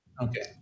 Okay